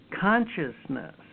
consciousness